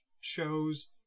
shows